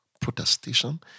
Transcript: protestation